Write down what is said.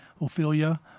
Ophelia